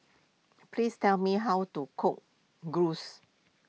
please tell me how to cook Gyros